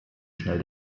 schnell